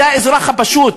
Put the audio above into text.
זה האזרח הפשוט.